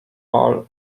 all